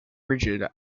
rigid